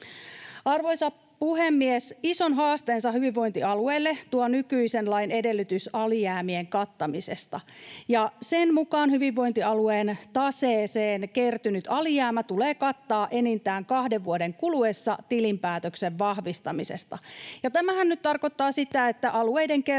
Arvoisa puhemies! Ison haasteensa hyvinvointialueille tuo nykyisen lain edellytys alijäämien kattamisesta. Sen mukaan hyvinvointialueen taseeseen kertynyt alijäämä tulee kattaa enintään kahden vuoden kuluessa tilinpäätöksen vahvistamisesta. Tämähän nyt tarkoittaa sitä, että alueiden kertynyt